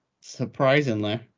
Surprisingly